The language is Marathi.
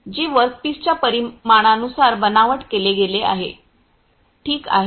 जे वर्कपीसच्या परिमाणानुसार बनावट केले गेले आहे ठीक आहे